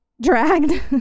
dragged